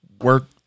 work